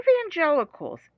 Evangelicals